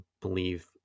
believe